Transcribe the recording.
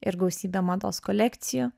ir gausybė mados kolekcijų